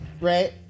Right